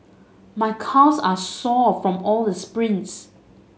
my calves are sore from all the sprints